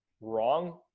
wrong